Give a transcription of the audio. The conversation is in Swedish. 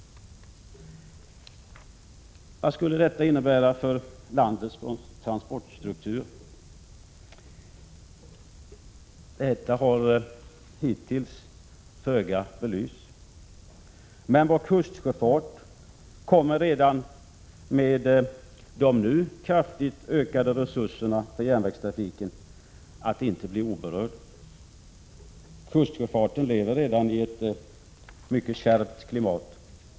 Vad skulle detta innebära för landets transportstruktur? Det har hittills föga belysts. Men vår kustsjöfart kommer redan med de nu kraftigt ökade resurserna för järnvägstrafiken att inte bli oberörd. Kustsjöfarten lever redan i ett mycket kärvt klimat.